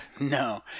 No